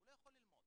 הוא לא יכול ללמוד,